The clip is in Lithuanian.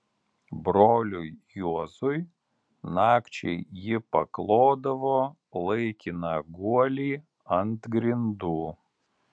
broliui juozui nakčiai ji paklodavo laikiną guolį ant grindų